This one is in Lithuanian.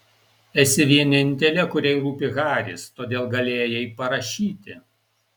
esi vienintelė kuriai rūpi haris todėl galėjai parašyti